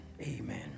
amen